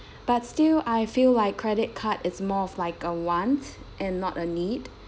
but still I feel like credit card is more of like a want and not a need